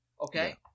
Okay